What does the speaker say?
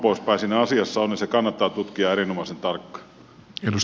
siinä asiassa on kannattaa tutkia erinomaisen tarkkaan